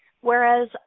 Whereas